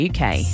uk